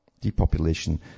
Depopulation